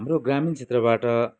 हाम्रो ग्रामीण क्षेत्रबाट